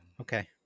okay